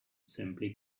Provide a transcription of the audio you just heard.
simply